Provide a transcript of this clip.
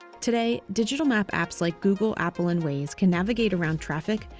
today, digital map apps like google, apple and waze can navigate around traffic,